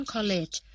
College